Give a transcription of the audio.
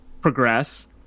progress